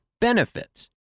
benefits